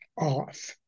off